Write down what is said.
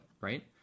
right